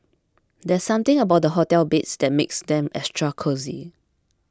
there's something about the hotel beds that makes them extra cosy